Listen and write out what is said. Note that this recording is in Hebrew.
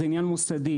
זה עניין מוסדי,